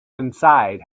inside